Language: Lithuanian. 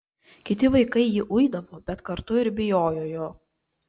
kiti vaikai jį uidavo bet kartu ir bijojo jo